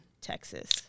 Texas